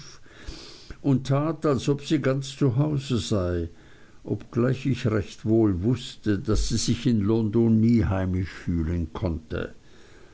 und tat als ob sie ganz zu hause sei obgleich ich recht wohl wußte daß sie sich in london nie heimisch fühlen konnte